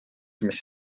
mis